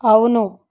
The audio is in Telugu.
అవును